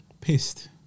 Pissed